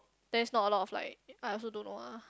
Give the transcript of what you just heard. that's not a lot of like I also don't know ah